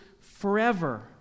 forever